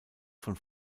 von